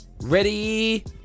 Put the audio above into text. Ready